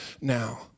now